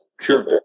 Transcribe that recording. Sure